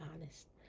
honest